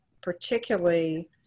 particularly